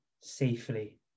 safely